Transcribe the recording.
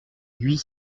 huit